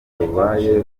rubaye